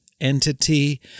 entity